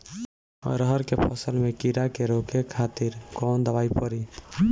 अरहर के फसल में कीड़ा के रोके खातिर कौन दवाई पड़ी?